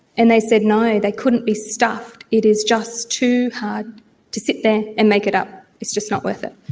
and they said no, they couldn't be stuffed, it is just too hard to sit there and make it up, it's just not worth it.